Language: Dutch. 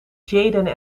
jayden